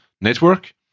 network